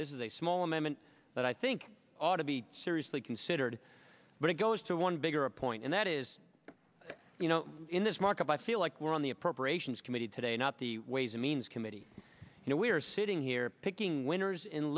this is a small amendment that i think ought to be seriously considered but it goes to one bigger point and that is you know in this market i feel like we're on the appropriations committee today not the ways and means committee you know we're sitting here picking winners and